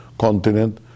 continent